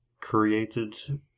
created